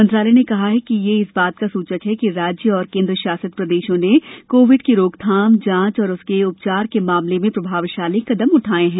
मंत्रालय ने कहा कि यह इस बात का सूचक है कि राज्य और केन्द्र शासित प्रदेशों ने कोविड की रोकथाम जांच और उसके उपचार के मामले में प्रभावशाली कदम उठाए हैं